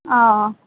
ও